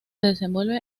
desenvuelve